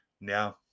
Now